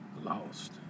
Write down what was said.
lost